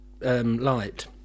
light